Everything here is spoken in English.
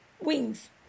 Wings